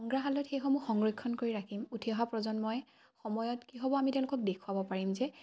সংগ্ৰাহালত সেইসমূহ সংৰক্ষণ কৰি ৰাখিম উঠি অহা প্ৰজন্মই সময়ত কি হ'ব আমি তেওঁলোকক দেখুৱাব পাৰিম যে